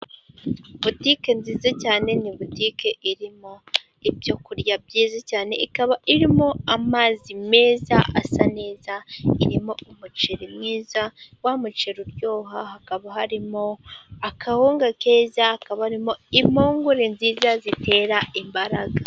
Butike nziza cyane ni bukite irimo ibyo kurya byiza cyane, ikaba irimo amazi meza, asa neza, irimo umuceri mwiza, wa muceri uryoha, hakaba harimo akawunga keza, hakaba harimo impungure nziza zitera imbaraga.